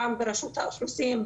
פעם ברשות האוכלוסין,